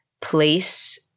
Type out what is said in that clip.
place